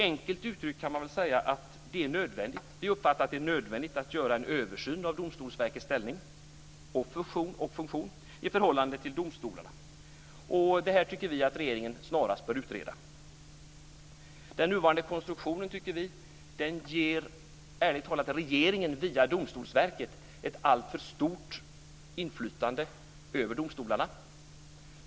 Enkelt uttryckt kan jag säga att vi uppfattar att det är nödvändigt att göra en översyn av Domstolsverkets ställning och funktion i förhållande till domstolarna. Det här tycker vi att regeringen snarast bör utreda. Den nuvarande konstruktionen tycker vi ärligt talat ger regeringen via Domstolsverket ett alltför stort inflytande över domstolarna.